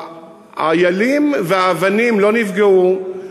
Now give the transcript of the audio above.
האיילים והאבנים לא נפגעו,